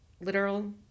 literal